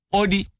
odi